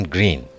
Green